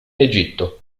egitto